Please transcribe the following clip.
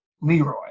Leroy